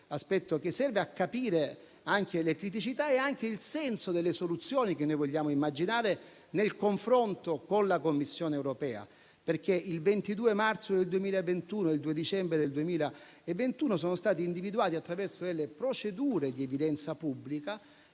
aspetto, che serve a capire anche le criticità e il senso delle soluzioni che vogliamo immaginare nel confronto con la Commissione europea. Il 22 marzo 2021 e il 2 dicembre del 2021 sono stati individuati, attraverso procedure di evidenza pubblica,